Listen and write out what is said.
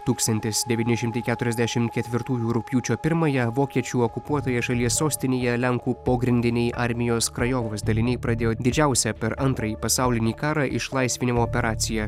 tūkstantis devyni šimtai keturiasdešim ketvirtųjų rugpjūčio pirmąją vokiečių okupuotoje šalyje sostinėje lenkų pogrindiniai armijos krajovos daliniai pradėjo didžiausią per antrąjį pasaulinį karą išlaisvinimo operaciją